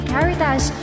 Caritas